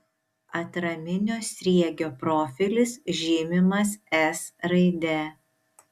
atraminio sriegio profilis žymimas s raide